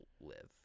live